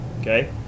okay